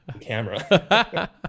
camera